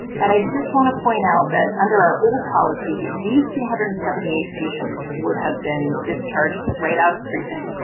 and ijust want to point out that under our old policy, these two hundred and seventy eight patients would have been discharged right out of treatment,